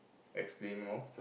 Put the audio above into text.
explain more